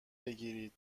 بگیرید